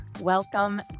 Welcome